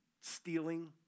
stealing